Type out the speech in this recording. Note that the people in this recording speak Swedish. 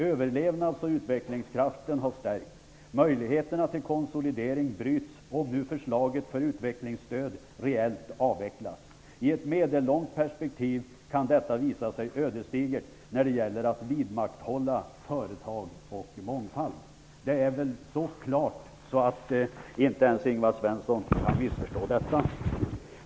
Överlevnadsoch utvecklingskraften har stärkts. Möjligheterna till konsolidering bryts om nu förslaget till utvecklingsstöd reellt avvecklas. I ett medellångt perspektiv kan detta visa sig ödesdigert när det gäller att vidmakthålla företag och mångfald. Detta är väl så klart att inte ens Ingvar Svensson kan missförstå det.